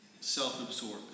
self-absorbed